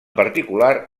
particular